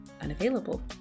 unavailable